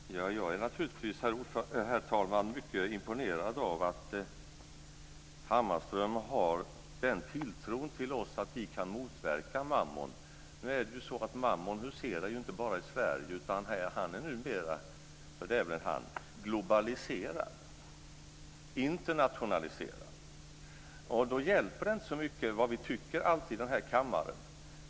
Herr talman! Jag är naturligtvis mycket imponerad av att Hammarström har den tilltron till oss att vi kan motverka mammon. Nu är det ju så att mammon inte bara huserar i Sverige, utan han - för det är väl en han - är numera globaliserad och internationaliserad. Och då hjälper det inte alltid så mycket vad vi tycker i den här kammaren.